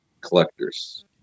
collectors